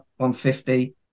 150